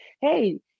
Hey